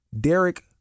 Derek